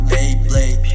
Beyblade